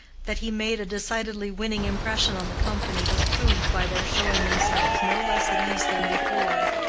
that he made a decidedly winning impression on the company was proved by their showing themselves no less at ease than before,